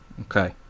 Okay